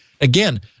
again